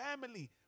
family